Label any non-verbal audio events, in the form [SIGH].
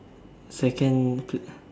second [NOISE]